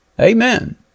Amen